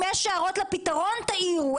אם יש הערות לפתרון תעירו.